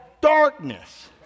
Darkness